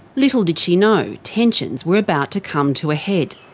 little did she know, tensions were about to come to a head.